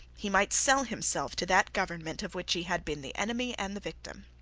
he might sell himself to that government of which he had been the enemy and the victim.